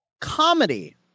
Comedy